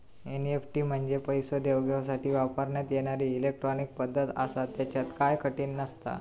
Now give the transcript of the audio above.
NEFT म्हंजे पैसो देवघेवसाठी वापरण्यात येणारी इलेट्रॉनिक पद्धत आसा, त्येच्यात काय कठीण नसता